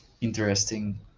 interesting